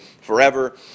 forever